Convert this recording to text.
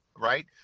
right